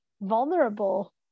vulnerable